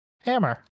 Hammer